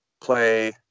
play